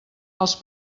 els